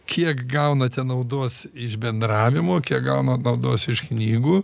kiek gaunate naudos iš bendravimo kiek gaunat naudos iš knygų